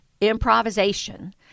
improvisation